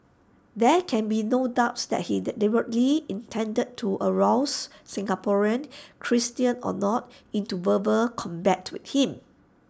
there can be no doubt that he deliberately intended to arouse Singaporeans Christians or not into verbal combat with him